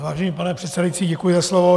Vážený pane předsedající, děkuji za slovo.